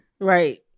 Right